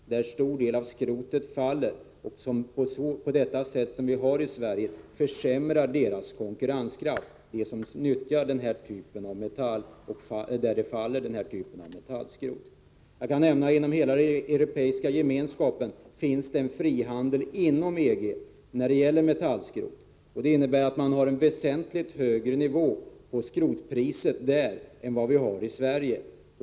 Denna industri svarar ju för största delen av skrotet. Med den ordning som vi har i Sverige försämras denna industris konkurrenskraft. Det är just verkstadsindustrin som utnyttjar denna typ av metall, och största delen av metallskrotet faller på denna sektor. Jag kan nämna att det inom hela Europeiska gemenskapen finns frihandel när det gäller metallskrot. Det innebär att priset på skrotet är väsentligt högre där än vad vi har i Sverige.